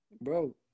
Bro